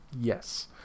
Yes